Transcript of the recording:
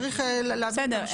צריך להבין את המשמעות.